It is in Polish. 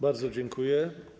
Bardzo dziękuję.